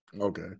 Okay